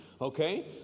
okay